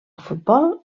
futbol